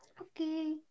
Okay